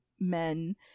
Men